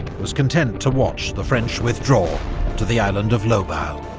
was content to watch the french withdraw to the island of lobau.